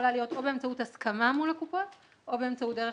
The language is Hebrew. או הרשומה,